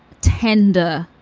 tender.